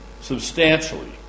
substantially